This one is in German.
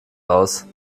aus